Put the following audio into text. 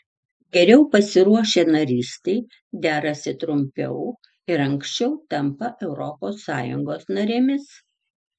geriau pasiruošę narystei derasi trumpiau ir anksčiau tampa europos sąjungos narėmis